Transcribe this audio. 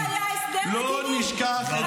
לא היה הסדר מדיני,